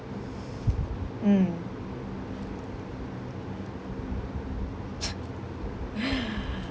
mm